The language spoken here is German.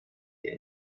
der